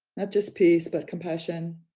not just peace, but compassion.